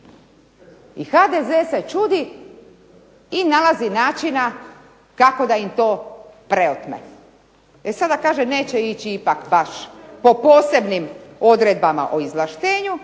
I HDZ se čudi i nalazi načina kako da im to preotme. E sada kaže neće ići ipak baš po posebnim odredbama o izvlaštenju